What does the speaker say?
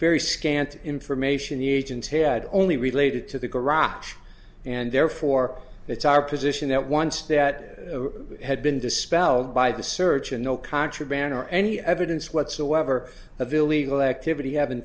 very scant information the agents had only related to the garage and therefore it's our position that once that had been dispelled by the search and no contraband or any evidence whatsoever of illegal activity ha